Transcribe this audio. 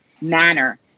manner